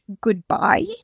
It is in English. goodbye